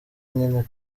nyine